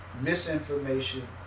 misinformation